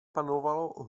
panovalo